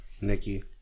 Nikki